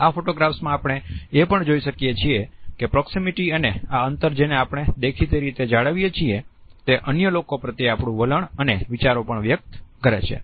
આ ફોટોગ્રાફ્સમાં આપણે એ પણ જોઈ શકીએ છીએ કે પ્રોક્ષિમિટી અને આ અંતર જેને આપણે દેખીતી રીતે જાળવીએ છીએ તે અન્ય લોકો પ્રત્યે આપણું વલણ અને વિચારો પણ વ્યક્ત કરે છે